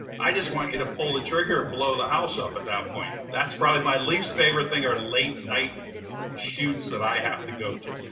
i just want you to pull the trigger and blow the house up at that point. that's probably my least favorite thing are late night shoots that i have to go to.